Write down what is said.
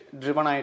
driven